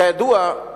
כידוע,